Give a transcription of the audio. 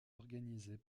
organisées